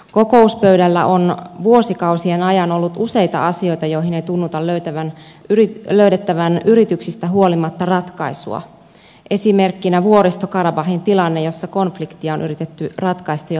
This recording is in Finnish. kokouspöydällä on vuosikausien ajan ollut useita asioita joihin ei tunnuta löydettävän yrityksistä huolimatta ratkaisua esimerkkinä vuoristo karabahin tilanne jossa konfliktia on yritetty ratkaista jo kaksikymmentä vuotta